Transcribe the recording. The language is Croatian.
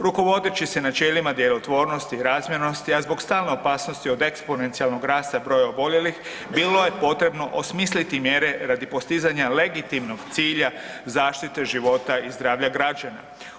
Rukovodeći se načelima djelotvornosti i razmjernosti a zbog stalne opasnosti od eksponencijalnog rasta broja oboljelih, bilo je potrebno osmisliti mjere radi postizanja legitimnog cilja zaštite života i zdravlja građana.